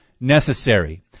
necessary